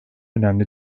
önemli